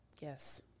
Yes